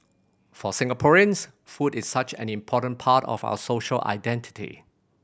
for Singaporeans food is such an important part of our social identity